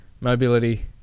mobility